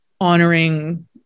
honoring